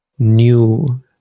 new